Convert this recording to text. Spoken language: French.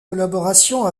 collaborations